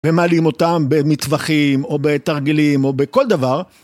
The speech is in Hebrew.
ומעלים אותם במטווחים, או בתרגילים, או בכל דבר.